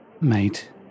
Mate